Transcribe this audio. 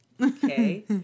okay